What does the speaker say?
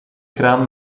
graan